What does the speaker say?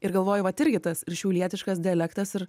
ir galvoju vat irgi tas ir šiaulietiškas dialektas ir